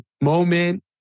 moment